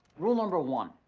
rule number one,